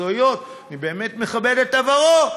מקצועיות; אני באמת מכבד את עברו,